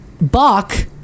Bach